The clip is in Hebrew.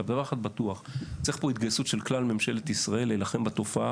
דבר אחד בטוח והוא שצריך פה התגייסות להילחם בדבר הזה,